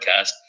podcast